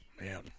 Man